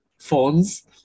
phones